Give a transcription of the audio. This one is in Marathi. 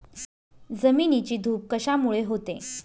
जमिनीची धूप कशामुळे होते?